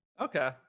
Okay